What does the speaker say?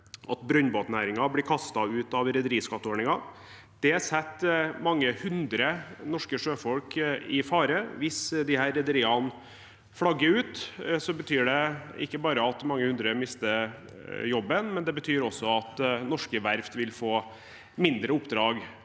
at brønnbåtnæringen blir kastet ut av rederiskatteordningen. Det setter mange hundre norske sjøfolk i fare. Hvis disse rederiene flagger ut, betyr det ikke bare at mange hundre mister jobben, men det betyr også at norske verft vil få færre oppdrag.